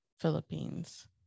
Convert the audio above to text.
Philippines